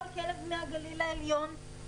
כל כלב מהגליל העליון,